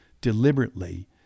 deliberately